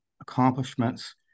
accomplishments